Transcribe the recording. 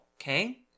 Okay